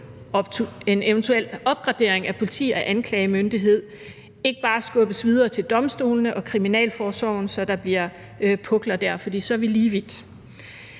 en eventuel opgradering af politi og anklagemyndighed, ikke bare skubbes videre til domstolene og kriminalforsorgen, så der bliver pukler dér, for så er vi lige vidt.